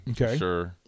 Okay